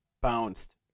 bounced